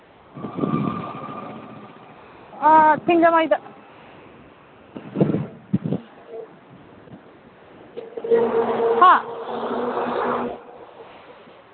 ꯑ ꯁꯤꯡꯖꯃꯩꯗ ꯍꯥ